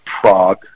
Prague